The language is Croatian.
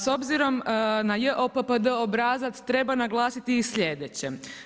S obzirom na JOPPD obrazac treba naglasiti i sljedeće.